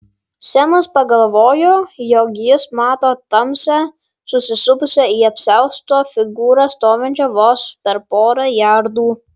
semas pagalvojo jog jis mato tamsią susisupusią į apsiaustą figūrą stovinčią vos per porą jardų